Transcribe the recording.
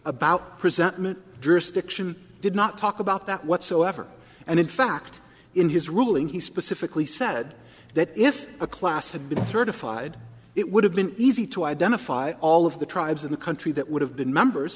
about presentment jurisdiction did not talk about that whatsoever and in fact in his ruling he specifically said that if a class had been certified it would have been easy to identify all of the tribes in the country that would have been members